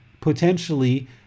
potentially